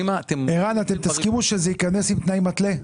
ערן, אתם תסכימו שזה ייכנס עם תנאי מתלה?